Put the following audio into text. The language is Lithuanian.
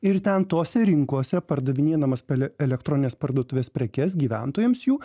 ir ten tose rinkose pardavinėdamas pele elektroninės parduotuvės prekes gyventojams jų